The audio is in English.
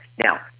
Now